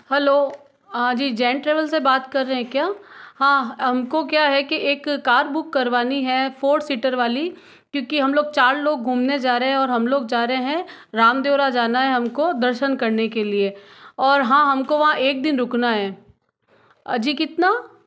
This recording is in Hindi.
हेलो जी जैन ट्रैवल से बात कर रहे हैं क्या हाँ हमको क्या है कि एक कार बुक करवानी है फोर सीटर वाली क्योंकि हम लोग चार लोग घूमने जा रहे हैं और हम लोग जा रहे हैं रामदेवरा जाना है हमको दर्शन करने के लिए और हाँ हमको वहाँ एक दिन रुकना है अजि कितना